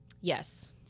yes